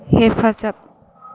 हेफाजाब